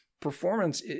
performance